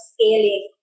Scaling